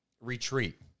retreat